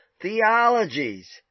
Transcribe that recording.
Theologies